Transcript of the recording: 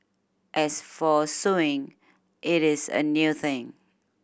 as for suing it is a new thing